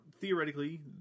theoretically